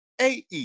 AE